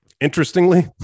Interestingly